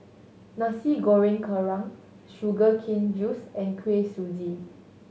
Nasi Goreng Kerang sugar cane juice and Kuih Suji